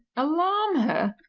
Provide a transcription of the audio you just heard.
alarm her!